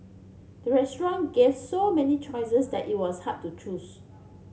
the restaurant gave so many choices that it was hard to choose